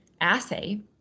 assay